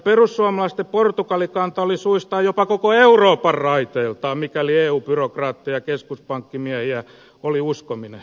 perussuomalaisten portugali kanta oli suistaa jopa koko euroopan raiteiltaan mikäli eun byrokraatteja ja keskuspankkimiehiä oli uskominen